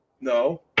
no